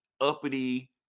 uppity